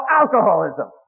alcoholism